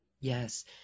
Yes